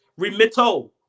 remitto